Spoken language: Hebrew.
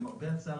למרבה הצער,